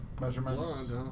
measurements